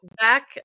back